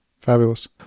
Fabulous